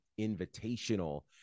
invitational